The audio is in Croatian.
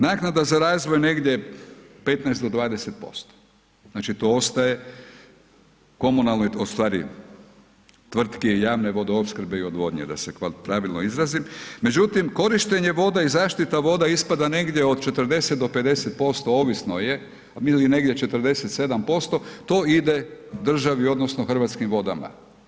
Naknada za razvoj negdje 15% do 20%, znači to ostaje komunalnoj, u stvari tvrtki javne vodoopskrbe i odvodnje da se pravilno izrazim, međutim korištenje voda i zaštita voda ispada negdje od 40% do 50%, ovisno je, a ... negdje 47%, to ide državi odnosno Hrvatskim vodama.